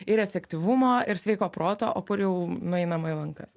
ir efektyvumo ir sveiko proto o kur jau nueinama į lankas